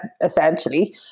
essentially